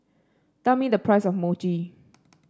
tell me the price of Mochi